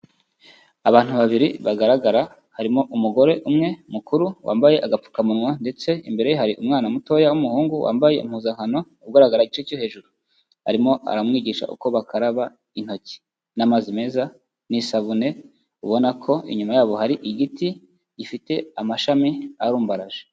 Abantu babiri bagaragara harimo umugore umwe mukuru wambaye agapfukamunwa, ndetse imbere ye hari umwana mutoya w'umuhungu wambaye impuzankano ugaragara igice cyo hejuru, arimo aramwigisha uko bakaraba intoki n'amazi meza n'isabune, ubona ko inyuma yabo hari igiti gifite amashami arumbaraje.